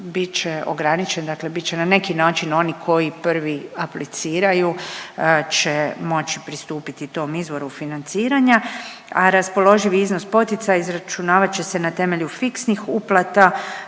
će ograničen, dakle bit će na neki način oni koji prvi apliciraju će moći pristupiti tom izvoru financiranja, a raspoloživi iznos poticaja izračunavat će se na temelju fiksnih uplata